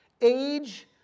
Age